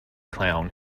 clown